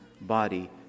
body